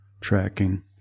tracking